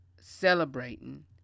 celebrating